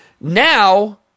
now